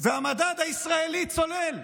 והמדד הישראלי צולל.